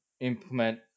implement